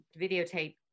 videotape